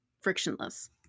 frictionless